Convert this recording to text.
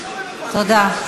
תודה.